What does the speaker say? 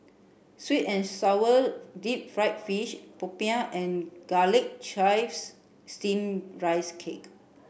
sweet and sour deep fried fish Popiah and Garlic Chives Steamed Rice Cake